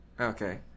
Okay